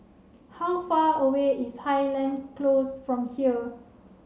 how far away is Highland Close from here